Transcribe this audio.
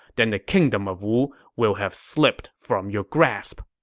then the kingdom of wu will have slipped from your grasp.